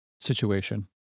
situation